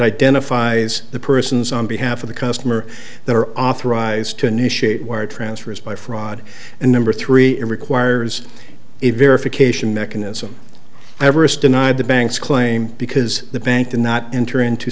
identifies the persons on behalf of the customer they are authorized to initiate wire transfers by fraud and number three it requires a verification mechanism everest denied the banks claim because the bank to not enter into